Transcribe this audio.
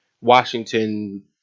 Washington